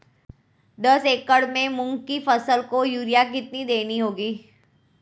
दस एकड़ में मूंग की फसल को यूरिया कितनी देनी होगी?